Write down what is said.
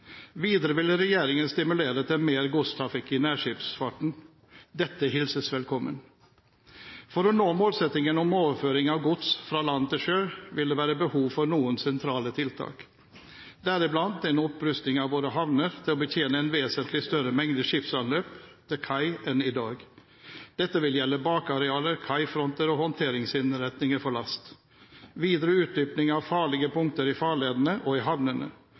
Videre vil regjeringen stimulere til mer godstrafikk i nærskipsfarten. Dette hilses velkommen. For å nå målsettingen om overføring av gods fra land til sjø vil det være behov for noen sentrale tiltak, deriblant en opprustning av våre havner til å betjene en vesentlig større mengde skipsanløp til kai enn i dag. Dette vil gjelde bakarealer, kaifronter og håndteringsinnretninger for last, videre utdypning av farlige punkter i farledene og i havnene